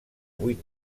vuit